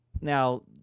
Now